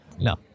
No